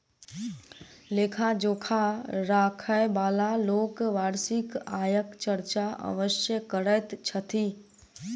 लेखा जोखा राखयबाला लोक वार्षिक आयक चर्चा अवश्य करैत छथि